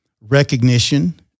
recognition